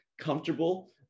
comfortable